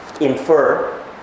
infer